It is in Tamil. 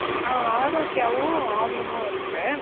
ஆ ஆரோக்கியாவும் ஆவினு இருக்குது